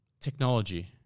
Technology